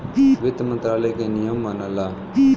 वित्त मंत्रालय के नियम मनला